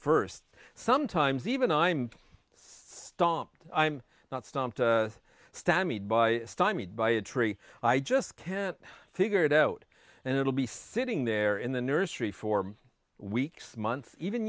first sometimes even i'm stumped i'm not stumped stampede by stymied by a tree i just can't figure it out and it'll be sitting there in the nursery for weeks months even